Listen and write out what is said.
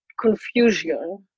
confusion